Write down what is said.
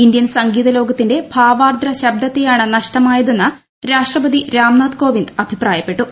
Indian സംഗീത ലോകത്തിന്റെ ഭാവാർദ്ര ശബ്ദത്തെയാണ് നഷ്ടമായതെന്ന് രാഷ്ട്രപതി രാംനാഥ് കോവിന്ദ് അഭിപ്രായപ്പെട്ടു